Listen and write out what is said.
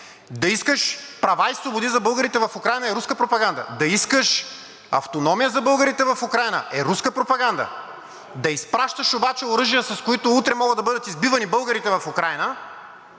Да искаш права и свободи за българите в Украйна, е руска пропаганда, да искаш автономия за българите в Украйна, е руска пропаганда?! Да изпращаш обаче оръжия, с които утре могат да бъдат избивани българите в Украйна